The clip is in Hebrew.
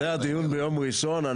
זה הדיון ביום ראשון.